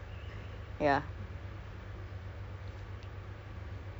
okay genshin impact I play mostly um